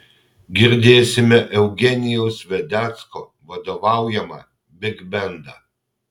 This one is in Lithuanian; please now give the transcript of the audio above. girdėsime eugenijaus vedecko vadovaujamą bigbendą